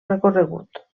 recorregut